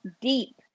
deep